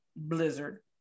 blizzard